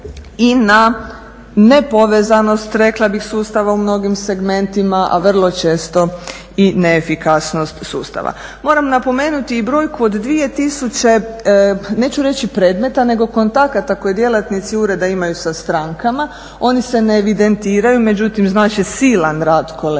i na nepovezanost rekla bih sustava u mnogim segmentima, a vrlo često i neefikasnost sustava. Moram napomenuti i brojku od 2000 neću reći predmeta nego kontakata koje djelatnici ureda imaju sa strankama. Oni se ne evidentiraju međutim znače silan rad kolega